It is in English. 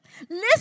Listen